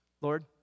Lord